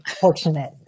fortunate